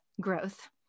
growth